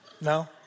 No